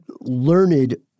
learned